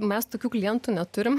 mes tokių klientų neturim